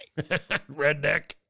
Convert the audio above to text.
Redneck